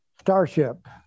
starship